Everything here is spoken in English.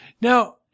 now